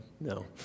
no